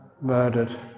murdered